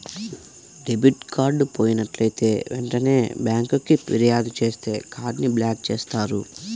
debit card పోయినట్లైతే వెంటనే బ్యేంకుకి ఫిర్యాదు చేత్తే కార్డ్ ని బ్లాక్ చేత్తారు